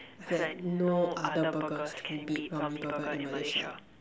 I feel like no other burgers can beat Ramly Burger in Malaysia